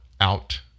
out